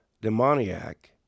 demoniac